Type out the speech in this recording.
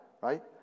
right